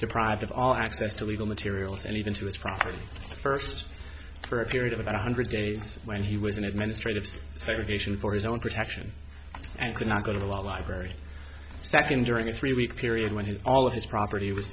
deprived of all access to legal materials and even to his property first for a period of about one hundred days when he was in administrative segregation for his own protection and could not go to law library second during a three week period when his all of his property was